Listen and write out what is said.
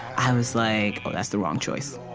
i was like, oh, that's the wrong choice.